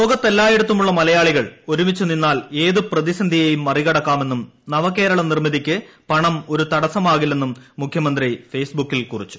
ലോകത്തെല്ലായിടത്തുമുള്ള മലയാളികൾ ഒരുമിച്ച് നിന്നാൽ ഏത് പ്രതിസന്ധിയെയും മറികടക്കാമെന്നും നവകേരള നിർമ്മിതിയ്ക്ക് പണം ഒരു തടസ്സമാകില്ലെന്നും മുഖ്യമന്ത്രി ഫേയ്സ് ബുക്കിൽ കുറിച്ചു